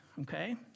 okay